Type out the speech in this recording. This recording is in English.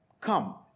come